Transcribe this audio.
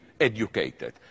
educated